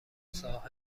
صاحب